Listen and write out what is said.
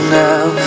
now